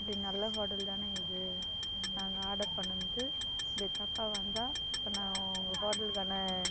இப்படி நல்ல ஹோட்டல் தான் இது நாங்கள் ஆர்டர் பண்ணுனது இப்படி தப்பாக வந்தால் நான் உங்கள் ஹோட்டலுக்கான